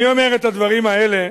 אני אומר את הדברים האלה,